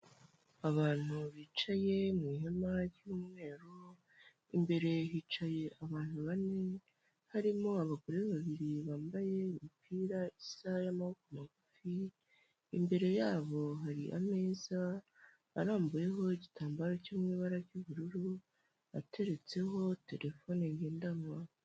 Abantu bicaye mu ihema ry'umweru, imbere yicaye abantu bane, harimo abagore babiri bambaye imipira isa y'amaboko magufi, imbere yabo hari ameza arambuyeho igitambaro cyo mu ibara ry'ubururu, ateretseho terefone ngendanwa.